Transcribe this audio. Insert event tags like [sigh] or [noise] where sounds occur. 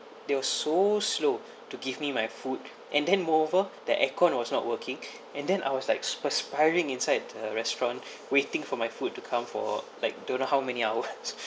they were so slow to give me my food and then moreover the aircon was not working [breath] and then I was like perspiring inside the restaurant waiting for my food to come for like don't know how many hours [laughs]